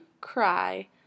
cry